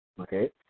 okay